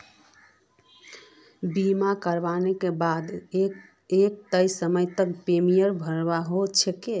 बीमा करवार बा द एक तय समय तक प्रीमियम भरवा ह छेक